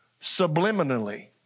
subliminally